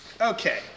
Okay